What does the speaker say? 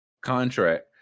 contract